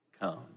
come